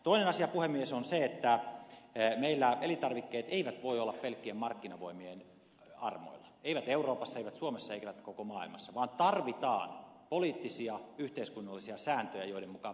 toinen asia puhemies on se että meillä elintarvikkeet eivät voi olla pelkkien markkinavoimien armoilla eivät euroopassa eivät suomessa eivät koko maailmassa vaan tarvitaan poliittisia yhteiskunnallisia sääntöjä joiden mukaan mennään